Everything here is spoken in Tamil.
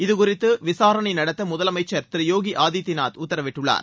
இது குறித்து விசாரணை நடத்த முதலமைச்சர் திரு யோகி ஆதித்யநாத் உத்தரவிட்டுள்ளார்